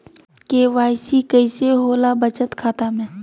KYC कैसे होला बचत खाता में?